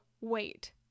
wait